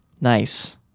nice